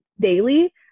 daily